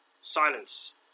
Silence